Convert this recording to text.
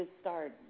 start